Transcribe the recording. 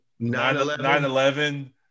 9-11